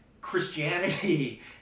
Christianity